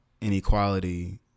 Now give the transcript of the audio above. inequality